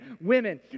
women